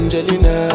Angelina